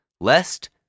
lest